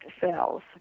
cells